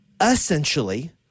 essentially